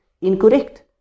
incorrect